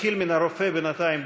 נתחיל מן הרופא, בינתיים.